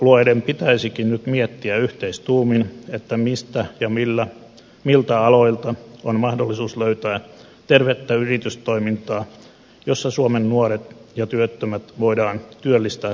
hallituspuolueiden pitäisikin nyt miettiä yhteistuumin mistä ja miltä aloilta on mahdollisuus löytää tervettä yritystoimintaa jossa suomen nuoret ja työttömät voidaan työllistää kannattavasti